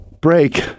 break